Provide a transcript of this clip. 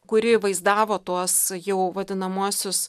kuri vaizdavo tuos jau vadinamuosius